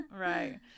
Right